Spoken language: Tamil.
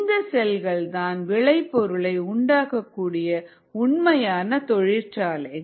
இந்த செல்கள் தான் விளைபொருள்களை உண்டாக்கக் கூடிய உண்மையான தொழிற்சாலைகள்